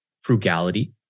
frugality